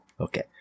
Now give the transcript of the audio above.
Okay